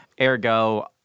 ergo